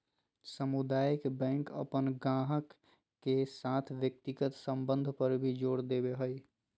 सामुदायिक बैंक अपन गाहक के साथ व्यक्तिगत संबंध पर भी जोर देवो हय